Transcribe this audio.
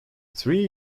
three